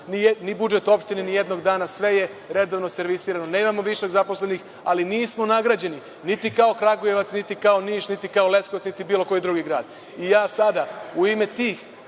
ni budžet opštine ni jednog dana. Sve je redovno servisirano. Nemamo višak zaposlenih. Ali, nismo nagrađeni niti kao Kragujevac, niti kao Niš, niti kao Leskovac, niti bilo koji drugi grad. Ja sada u ime tih